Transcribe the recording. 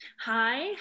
Hi